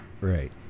Right